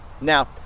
now